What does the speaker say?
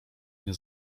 nie